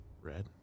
Red